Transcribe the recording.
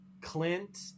Clint